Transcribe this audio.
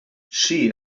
she